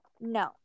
No